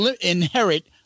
inherit